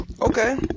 Okay